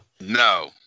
No